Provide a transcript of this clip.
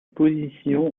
position